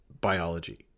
biology